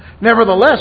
Nevertheless